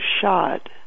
shot